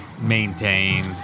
maintain